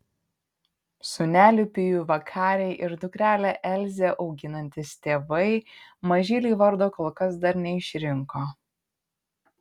sūnelį pijų vakarį ir dukrelę elzę auginantys tėvai mažylei vardo kol kas dar neišrinko